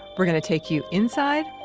we're gonna take you inside.